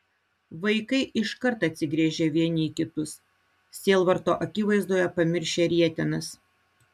vaikai iškart atsigręžė vieni į kitus sielvarto akivaizdoje pamiršę rietenas